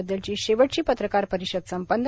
बद्दलची शेवटची पत्रकार परिषद संपन्न